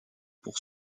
pour